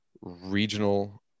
regional